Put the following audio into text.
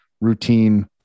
routine